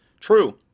True